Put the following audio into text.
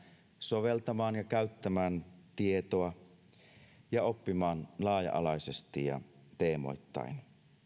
soveltamaan ja käyttämään tietoa ja oppimaan laaja alaisesti ja teemoittain